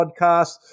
podcast